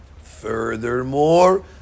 Furthermore